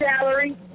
salary